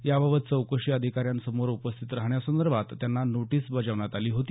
याबाबत चौकशी अधीकाऱ्यांसमोर उपस्थित राहण्यासंदर्भात त्यांना नोटीस बजावण्यात आली होती